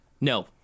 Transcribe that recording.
No